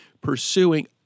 pursuing